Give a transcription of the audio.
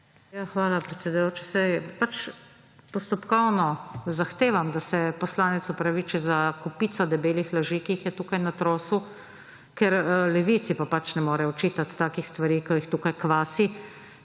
Hvala, predsedujoči. Postopkovno zahtevam, da se poslanec opraviči za kopico debelih laži, ki jih je tu natrosil, ker Levici pa ne more očitati takih stvari, ki jih tu kvasi.